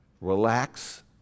Relax